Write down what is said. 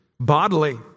bodily